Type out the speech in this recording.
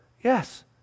yes